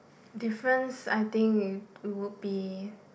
difference I think it would be